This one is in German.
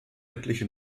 etlichen